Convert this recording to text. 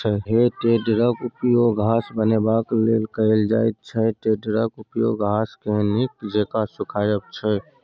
हे टेडरक उपयोग घास बनेबाक लेल कएल जाइत छै टेडरक उपयोग घासकेँ नीक जेका सुखायब छै